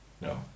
No